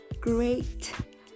great